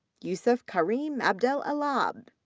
youssef karim adel elabd,